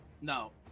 No